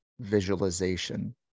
visualization